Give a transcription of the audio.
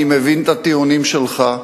אני מבין את הטיעונים שלך,